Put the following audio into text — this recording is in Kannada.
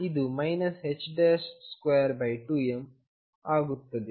ಇದು 22m ಆಗುತ್ತದೆ